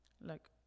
look